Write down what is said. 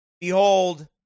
Behold